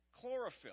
Chlorophyll